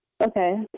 Okay